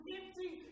empty